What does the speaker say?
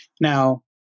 Now